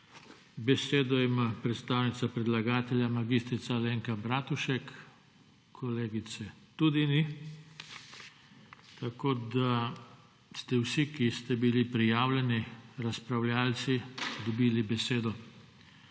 Besedo ima predstavnica predlagatelja, mag. Alenka Bratušek. Kolegice tudi ni. Tako da ste vsi, ki ste bili prijavljeni, razpravljavci dobili besedo.